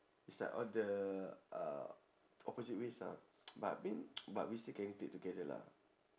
is like all the uh opposite ways ah but I mean but we still can click together lah